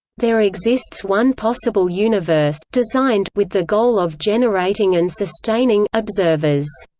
there exists one possible universe designed with the goal of generating and sustaining observers.